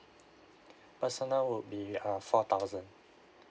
personal would be uh four thousand